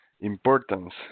importance